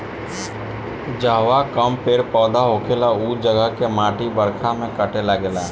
जहवा कम पेड़ पौधा होखेला उ जगह के माटी बरखा में कटे लागेला